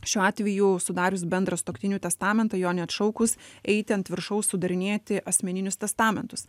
šiuo atveju sudarius bendrą sutuoktinių testamentą jo neatšaukus eiti ant viršaus sudarinėti asmeninius testamentus